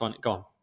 gone